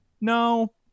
no